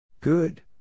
Good